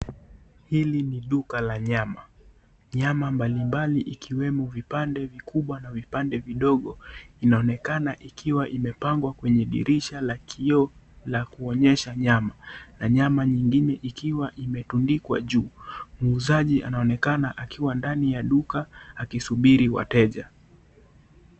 Hili ni duka la nyama. Nyama mbalimbali ikiwemo vipande vikubwa na vipande vidogo, inaonekana ikiwa imepangwa kwenye dirisha la kioo la kuonyesha nyama na nyama nyingine ikiwa imetundikwa juu. Muuzaji anaoekana akiwa ndani ya duka akisubiri wateja.